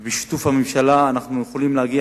ובשיתוף הממשלה, אנחנו יכולים להגיע